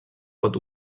pot